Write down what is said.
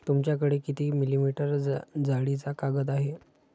तुमच्याकडे किती मिलीमीटर जाडीचा कागद आहे?